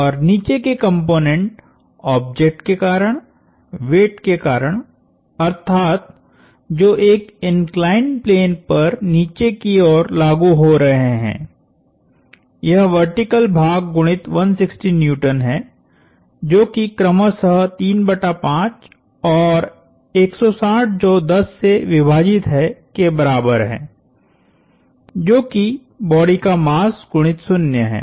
और नीचे के कॉम्पोनेन्ट ऑब्जेक्ट के कारण वेट के कारण अर्थात जो एक इंक्लाइंड प्लेन पर नीचे की ओर लागु हो रहे है यह वर्टीकल भाग गुणित 160N है जो कि क्रमशः 3 बटा 5 और 160 जो 10 से विभाजित है के बराबर है जो कि बॉडी का मास गुणित 0 है